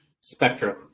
spectrum